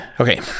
okay